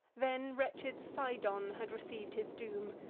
then wretched cydon had receiv'd his doom,